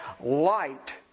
light